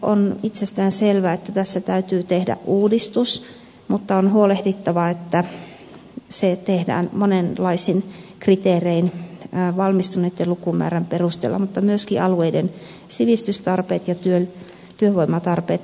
on itsestään selvää että tässä täytyy tehdä uudistus mutta on huolehdittava että se tehdään monenlaisin kriteerein valmistuneitten lukumäärän perusteella mutta myöskin alueiden sivistystarpeet ja työvoimatarpeet huomioiden